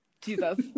Jesus